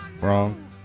Wrong